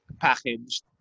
packaged